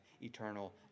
eternal